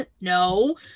No